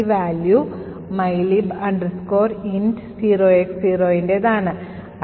ഈ value mylib int0X0ൻറെത് ആണ്